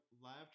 Live